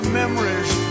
memories